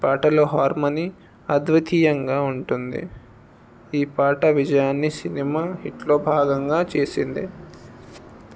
పాటలో హార్మోనీ అద్వితీయంగా ఉంటుంది ఈ పాట విజయాన్ని సినిమా హిట్లో భాగంగా చేసింది